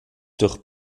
durch